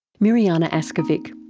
mirjana askovic.